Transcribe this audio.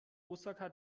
osaka